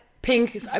Pink